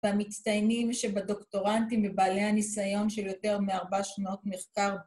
‫והמצטיינים שבדוקטורנטים ‫ובעלי הניסיון של יותר מ-4 שנות ‫מחקר...